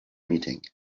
meeting